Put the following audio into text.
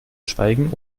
schweigen